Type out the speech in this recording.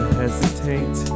hesitate